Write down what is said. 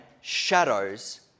shadows